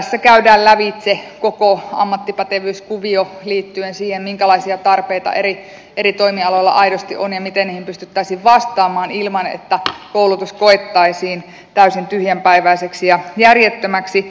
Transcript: tässä käydään lävitse koko ammattipätevyyskuvio liittyen siihen minkälaisia tarpeita eri toimialoilla aidosti on ja miten niihin pystyttäisiin vastaamaan ilman että koulutus koettaisiin täysin tyhjänpäiväiseksi ja järjettömäksi